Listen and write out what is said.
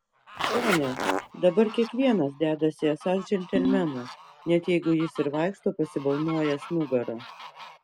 pone dabar kiekvienas dedasi esąs džentelmenas net jeigu jis ir vaikšto pasibalnojęs nugarą